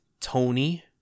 Tony